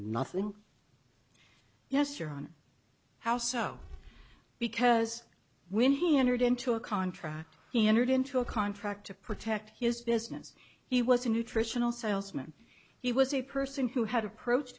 nothing yes you're on how so because when he entered into a contract he entered into a contract to protect his business he was a nutritional salesman he was a person who had approach